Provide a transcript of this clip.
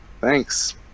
Thanks